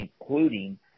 including